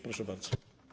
Proszę bardzo.